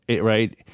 right